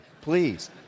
please